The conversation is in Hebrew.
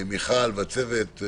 מיכל והצוות,